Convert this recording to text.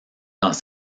dans